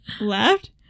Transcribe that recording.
left